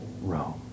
Rome